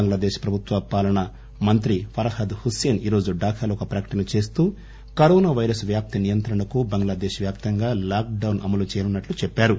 బంగ్టాదేశ్ ప్రభుత్వ పాలన మంత్రి ఫర్హద్ హుస్సేన్ ఈరోజు ఢాకాలో ఒక ప్రకటన చేస్తూ కరోనా పైరస్ వ్యాప్తి నియంత్రణకు బంగ్లాదేశ్ వ్యాప్తంగా లాక్ డౌన్ అమలు చేయనున్నట్లు తెలిపారు